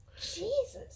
Jesus